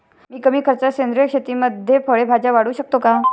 मी कमी खर्चात सेंद्रिय शेतीमध्ये फळे भाज्या वाढवू शकतो का?